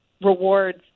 rewards